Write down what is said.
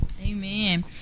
Amen